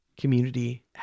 community